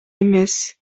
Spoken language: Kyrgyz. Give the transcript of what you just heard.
эмес